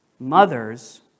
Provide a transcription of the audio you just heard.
Mothers